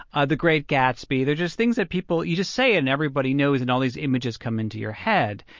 ah the great gatsby, they're just things that people you just say and everybody knows and all these images come into your head.